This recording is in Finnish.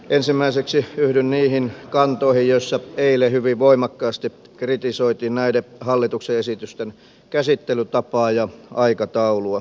ensimmäiseksi yhdyn niihin kantoihin joissa eilen hyvin voimakkaasti kritisoitiin näiden hallituksen esitysten käsittelytapaa ja aikataulua